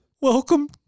Welcome